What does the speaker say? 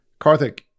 Karthik